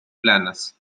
planas